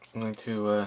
i'm going to